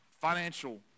financial